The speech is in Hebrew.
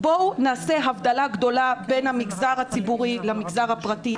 בואו נעשה הבדלה גדולה בין המגזר הציבורי למגזר הפרטי.